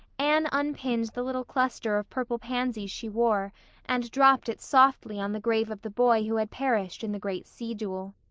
anne unpinned the little cluster of purple pansies she wore and dropped it softly on the grave of the boy who had perished in the great sea-duel.